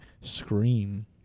scream